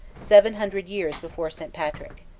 seven hundred years before st. patrick.